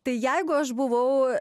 tai jeigu aš buvau